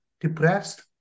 depressed